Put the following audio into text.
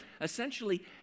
essentially